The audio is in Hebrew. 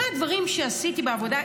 אחד הדברים שעשיתי בעבודה,